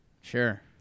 Sure